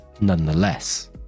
nonetheless